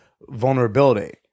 vulnerability